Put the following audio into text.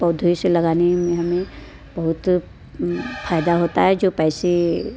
पौधे से लगाने मैं हमें बहुत फ़ायदा होता है जो पैसे